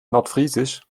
nordfriesisch